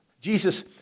Jesus